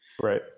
Right